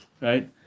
right